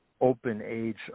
open-age